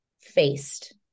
faced